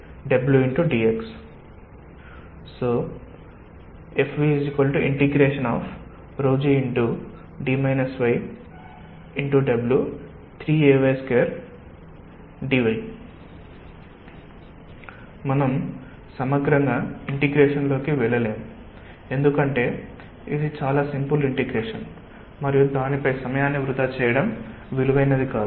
dx FVy0yDgW 3ay2dy మనం సమగ్రంగా integration లోకి వెళ్ళము ఎందుకంటే ఇది చాలా సింపుల్ ఇంటిగ్రేషన్ మరియు దానిపై సమయాన్ని వృథా చేయడం విలువైనది కాదు